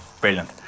Brilliant